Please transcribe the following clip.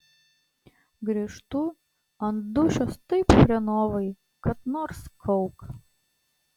grįžtu ant dūšios taip chrenovai kad nors kauk